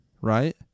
right